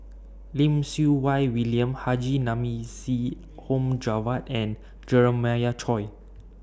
Lim Siew Wai William Haji Namazie Mohd Javad and Jeremiah Choy